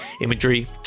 imagery